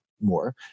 more